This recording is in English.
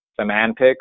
semantics